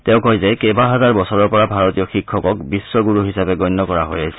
তেওঁ কয় যে কেইবা হাজাৰ বছৰৰ পৰা ভাৰতীয় শিক্ষকক বিশ্বণুৰু হিচাপে গণ্য কৰা হৈ আহিছে